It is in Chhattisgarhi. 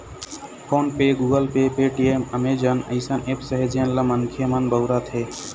फोन पे, गुगल पे, पेटीएम, अमेजन अइसन ऐप्स हे जेन ल मनखे मन बउरत हें